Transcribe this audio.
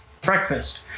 breakfast